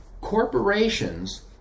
corporations